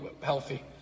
healthy